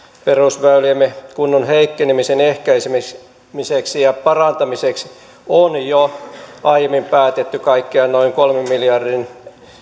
perusväyliemme kunnon heikkenemisen ehkäisemiseksi ja parantamiseksi on jo aiemmin päätetty kaikkiaan noin kolmen miljardin